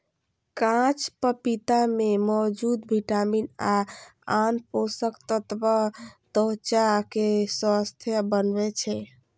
कांच पपीता मे मौजूद विटामिन आ आन पोषक तत्व त्वचा कें स्वस्थ बनबै छै